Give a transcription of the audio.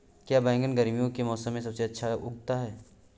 क्या बैगन गर्मियों के मौसम में सबसे अच्छा उगता है?